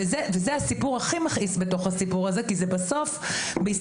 זה הסיפור הכי מכעיס כאן כי זה לא מביא לידי ביטוי איזשהו שיפור